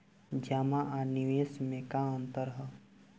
जमा आ निवेश में का अंतर ह?